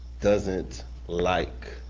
doesn't like,